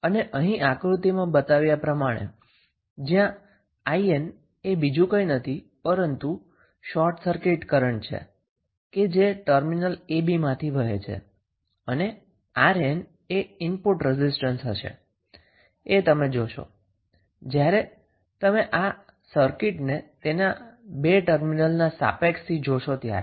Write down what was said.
અને અહીં આકૃતિમાં બતાવ્યા પ્રમાણે જ્યાં 𝐼𝑁 એ બીજું કંઈ નથી પરંતુ શોર્ટ સર્કિટ કરન્ટ છે જે ટર્મિનલ ab માંથી વહે છે અને 𝑅𝑁 એ ઈનપુટ રેસિસ્ટન્સ છે જે તમે જોશો જ્યારે તમે આ સર્કિટ ને તેના બે ટર્મિનલ ના સાપેક્ષ થી જોશો ત્યારે